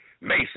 Mason